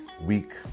week